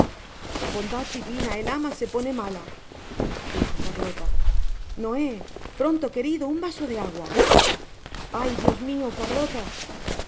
bondad divina el ama se pone mala dijo carlota noé pronto querido un vaso de agua ay dios mio carlota